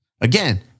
Again